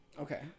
Okay